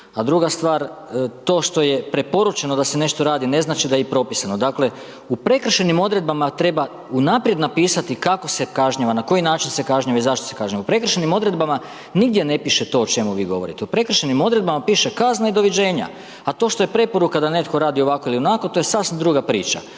A druga stvar, to što je preporučeno da se nešto radi ne znači da je i propisano, dakle, u prekršajnim odredbama treba unaprijed napisati kako se kažnjava, na koji način se kažnjava i zašto se kažnjava. U prekršajnim odredbama nigdje ne piše to o čemu vi govorite. U prekršajnim odredbama piše kazna i doviđenja, a to što je preporuka da netko radi ovako ili ovako, to je sasvim druga priča.